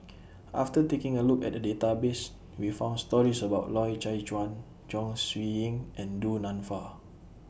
after taking A Look At The Database We found stories about Loy Chye Chuan Chong Siew Ying and Du Nanfa